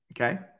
Okay